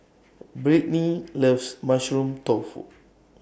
Brittny loves Mushroom Tofu